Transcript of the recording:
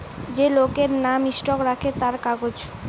যে লোকের নাম স্টক রাখে তার কাগজ